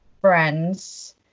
friends